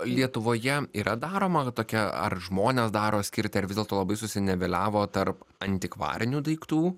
lietuvoje yra daroma tokia ar žmonės daro skirtį ar vis dėlto labai susiniveliavo tarp antikvarinių daiktų